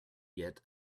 yet